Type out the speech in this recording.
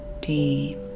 deep